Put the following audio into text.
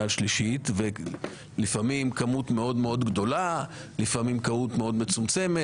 ושלישית ולפעמים כמות מאוד מאוד גדולה ולפעמים כמות מאוד מצומצמת.